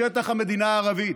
בשטח המדינה הערבית,